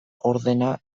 ordena